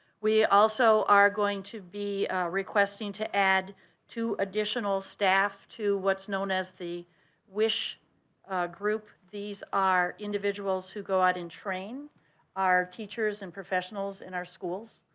we also are going to be requesting to add two additional staff to what's known as the wish group. these are individuals who go out and train our teachers and professionals in our schools,